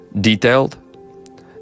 detailed